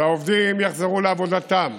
שהעובדים יחזרו לעבודתם,